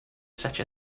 such